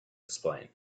explain